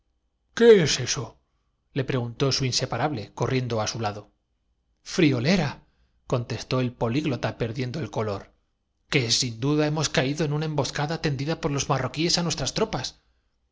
qué es eso le preguntó su inseparable corrien do á su lado friolera contestó el políglota perdiendo el co lor que sin duda hemos caído en una emboscada tendida por los marroquíes á nuestras tropas